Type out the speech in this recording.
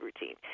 routine